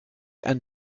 and